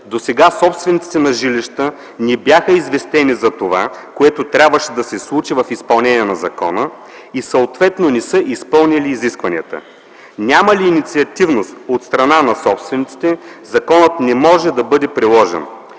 Досега собствениците на жилища не бяха известени за това, което трябваше да се случи в изпълнение на закона и съответно не са изпълнили изискванията. Няма ли инициативност от страна на собствениците, законът не може да бъде приложен.